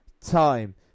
time